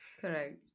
Correct